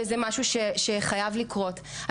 וזה משהו שחייב לקרות.